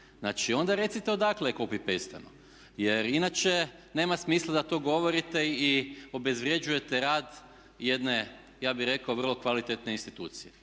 Znači, onda recite odakle je copy-pasteno jer inače nema smisla da to govorite i obezvrjeđujete rad jedne ja bih rekao vrlo kvalitetne institucije.